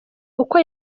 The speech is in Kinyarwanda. uko